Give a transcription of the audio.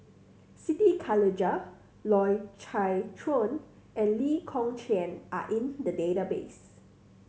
Siti Khalijah Loy Chye Chuan and Lee Kong Chian are in the database